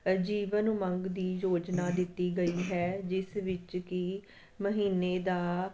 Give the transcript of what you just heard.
ਆ ਜੀਵਨ ਮੰਗ ਦੀ ਯੋਜਨਾ ਦਿੱਤੀ ਗਈ ਹੈ ਜਿਸ ਵਿੱਚ ਕਿ ਮਹੀਨੇ ਦਾ